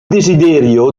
desiderio